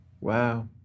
Wow